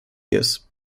years